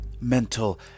mental